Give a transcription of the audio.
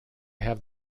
have